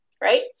right